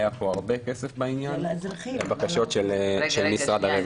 והיה פה הרבה כסף בעניין לבקשות של משרד הרווחה.